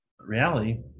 reality